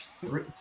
three